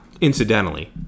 Incidentally